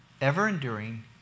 ever-enduring